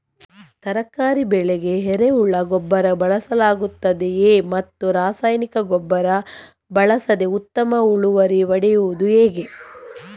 ತರಕಾರಿ ಬೆಳೆಗೆ ಎರೆಹುಳ ಗೊಬ್ಬರ ಬಳಸಲಾಗುತ್ತದೆಯೇ ಮತ್ತು ರಾಸಾಯನಿಕ ಗೊಬ್ಬರ ಬಳಸದೆ ಉತ್ತಮ ಇಳುವರಿ ಪಡೆಯುವುದು ಹೇಗೆ?